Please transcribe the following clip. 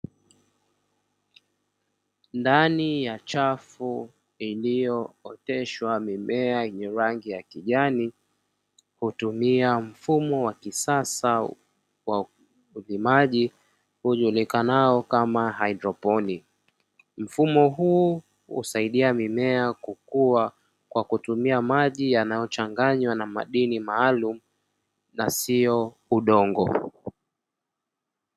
Ndani ya chafu iliyooteshwa mimea yenye rangi ya kijani, hutumia mfumo wa kisasa wa ulimaji ujulikanao kama haidroponia. Mfumo huu husaidia mimea kukua kwa kutumia maji yanayochanganywa na madini maalumu na sio udongo.